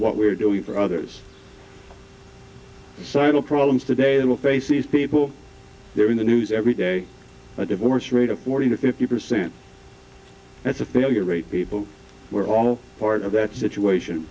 what we're doing for others subtle problems today that will face these people they're in the news every day a divorce rate of forty to fifty percent that's a failure rate people we're all part of that situation